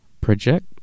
project